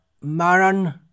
maran